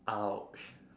!ouch!